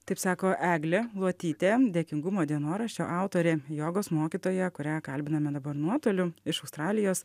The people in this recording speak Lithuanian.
taip sako eglė luotytė dėkingumo dienoraščio autorė jogos mokytoja kurią kalbiname dabar nuotoliu iš australijos